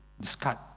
discard